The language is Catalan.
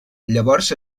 llavors